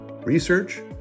research